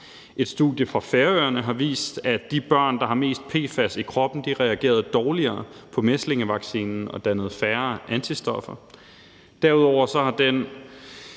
et studie fra Færøerne har vist, at de børn, der har mest PFAS i kroppen, reagerede dårligere på mæslingevaccinen og dannede færre antistoffer. Derudover har den